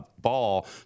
ball